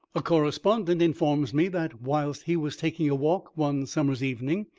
a correspondent informs me, that whilst he was taking a walk one summer's evening,